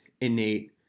innate